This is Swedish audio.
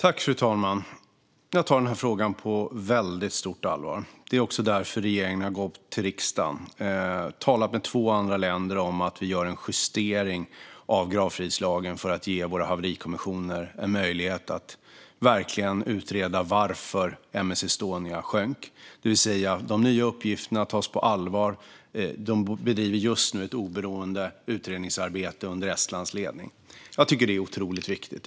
Fru talman! Jag tar denna fråga på väldigt stort allvar. Det är också därför regeringen har gått till riksdagen och har talat med två andra länder om att vi gör en justering av gravfridslagen för att ge våra haverikommissioner en möjlighet att verkligen utreda varför M/S Estonia sjönk. De nya uppgifterna tas alltså på allvar. De bedriver just nu ett oberoende utredningsarbete under Estlands ledning. Jag tycker att detta är otroligt viktigt.